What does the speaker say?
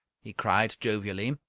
he cried, jovially.